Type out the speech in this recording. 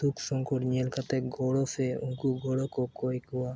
ᱫᱩᱠ ᱥᱚᱝᱠᱚᱴ ᱧᱮᱞ ᱠᱟᱛᱮᱫ ᱜᱚᱲᱚ ᱥᱮ ᱩᱱᱠᱩ ᱩᱱᱠᱩ ᱜᱚᱲᱚᱠᱚ ᱠᱚᱭ ᱠᱚᱣᱟ